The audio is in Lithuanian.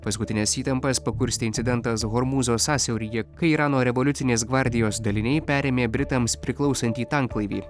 paskutines įtampas pakurstė incidentas hormūzo sąsiauryje kai irano revoliucinės gvardijos daliniai perėmė britams priklausantį tanklaivį